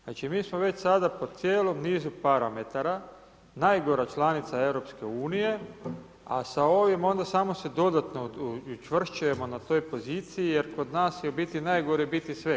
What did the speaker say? Znači, mi smo već sada po cijelom nizu parametara, najgora članica Europske unije, a sa ovim onda samo se dodatno učvršćujemo na toj poziciji, jer kod nas je u biti najgore biti sve.